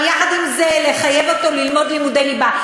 אבל יחד עם זה לחייב אותו ללמוד לימודי ליבה.